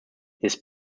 his